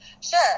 Sure